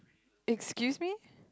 excuse me